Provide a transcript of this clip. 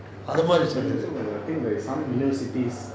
and also I think there is some universities